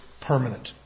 permanent